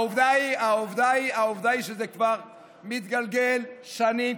העובדה היא שזה כבר מתגלגל שנים,